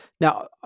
now